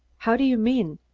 how do you mean?